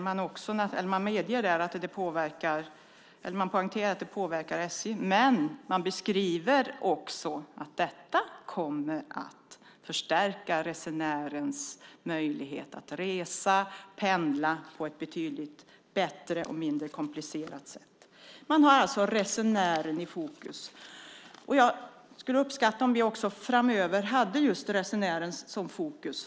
I Sikas rapport poängterar man att det påverkar SJ, men man beskriver också att detta kommer att förstärka resenärens möjlighet att resa, pendla, på ett betydligt bättre och mindre komplicerat sätt. Man har alltså resenären i fokus. Jag skulle uppskatta om vi också framöver hade just resenären i fokus.